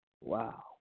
wow